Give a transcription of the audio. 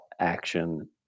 action